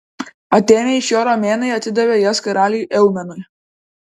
atėmę iš jo romėnai atidavė jas karaliui eumenui